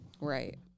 Right